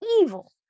evil